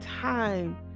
time